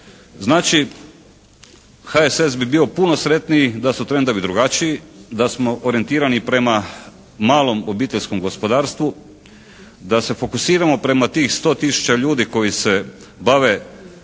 Znači HSS bi bio puno sretniji da su trendovi drugačiji, da smo orijentirani prema malom obiteljskom gospodarstvu, da se fokusiramo prema tih 100 tisuća ljudi koji se bave